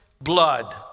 blood